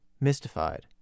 mystified